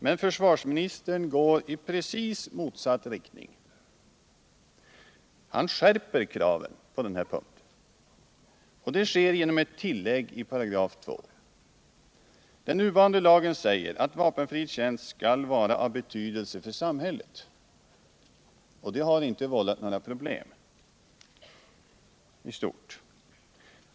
Men försvarsministern går i precis motsatt riktning. Han skärper kravet på denna punkt. Det sker genom ett tillägg i 28. Den nuvarande lagen säger att vapenfri tjänst skall vara av betydelse för samhället, och det har i stort sett inte vållat några problem.